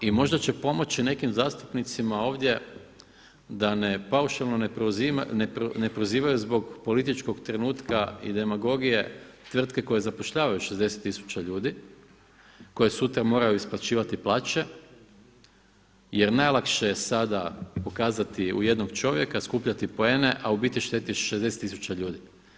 I možda će pomoći nekim zastupnicima ovdje da ne paušalno ne prozivaju zbog političkog trenutka i demagogije tvrtke koje zapošljavaju 60 tisuća ljudi, koje sutra moraju isplaćivati plaće jer najlakše je sada pokazati u jednog čovjeka, skupljati poene a u biti šteti 60 tisuća ljudi.